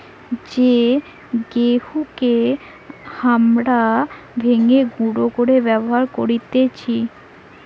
যেই গেহুকে হামরা ভেঙে গুঁড়ো করে ব্যবহার করতেছি